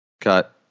Cut